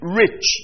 rich